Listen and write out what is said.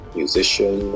musician